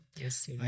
Yes